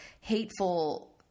hateful